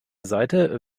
seite